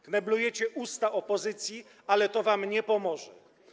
Kneblujecie usta opozycji, ale to wam nie pomoże.